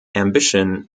ambition